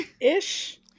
Ish